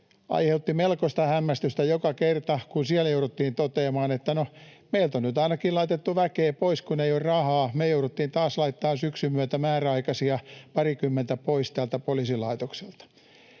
aiheutti melkoista hämmästystä joka kerta, kun siellä jouduttiin toteamaan, että ”no meiltä on nyt ainakin laitettu väkeä pois, kun ei ole rahaa”, ”me jouduttiin taas laittamaan syksyn myötä määräaikaisia parikymmentä pois täältä poliisilaitokselta”.